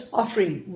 offering